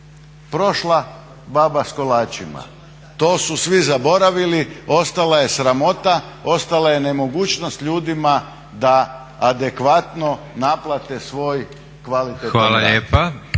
prošla baba sa kolačima. To su svi zaboravili, ostala je sramota, ostala je nemogućnost ljudima da adekvatno naplate svoj kvalitetan